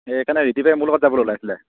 সেইকাৰণে ৰিদীপে মোৰ লগত যাবলৈ ওলাইছিলে